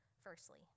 Firstly